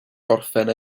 gorffen